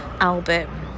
album